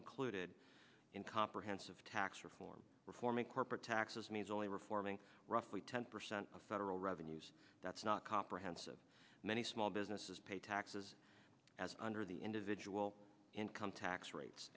included in comprehensive tax reform reforming corporate taxes means only reforming roughly ten percent of federal revenues that's not comprehensive many small businesses pay taxes as under the individual income tax rates